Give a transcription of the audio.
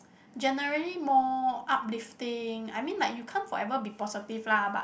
generally more uplifting I mean like you can't forever be positive lah but